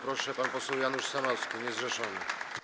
Proszę, pan poseł Janusz Sanocki, niezrzeszony.